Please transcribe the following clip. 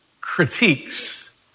critiques